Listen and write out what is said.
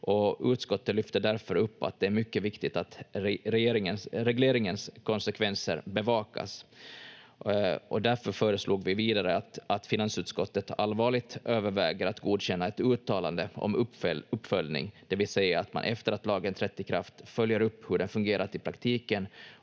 utskottet lyfter därför upp att det är mycket viktigt att regleringens konsekvenser bevakas. Därför föreslog vi vidare att finansutskottet allvarligt överväger att godkänna ett uttalande om uppföljning, det vill säga att man efter att lagen trätt i kraft följer upp hur det fungerat i praktiken